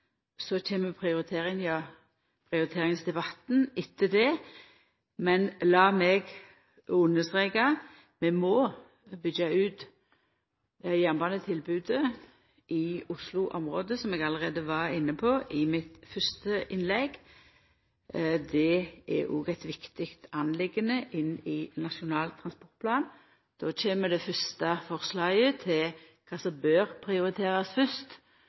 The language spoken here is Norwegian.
Så kjem prioriteringsdebatten etter det. Men lat meg understreka: Vi må byggja ut jernbanetilbodet i Oslo-området, som eg allereie var inne på i det fyrste innlegget mitt. Det er òg ei viktig sak i Nasjonal transportplan. Då kjem det fyrste forslaget til kva som bør prioriterast